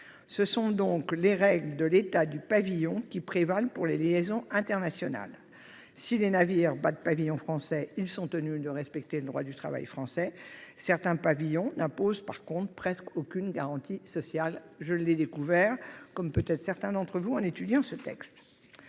Ce sont donc les règles de l'État du pavillon qui prévalent pour les liaisons internationales. Si les navires battant pavillon français sont tenus de respecter le droit du travail français, certains pavillons n'imposent presque aucune garantie sociale. Je l'ai découvert, comme peut-être certains d'entre vous, en étudiant ce texte